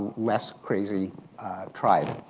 less crazy tribe.